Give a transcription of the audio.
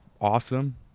awesome